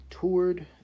toured